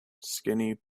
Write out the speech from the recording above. skinny